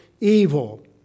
evil